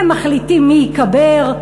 הם מחליטים מי ייקבר,